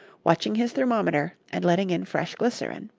watching his thermometer and letting in fresh glycerin.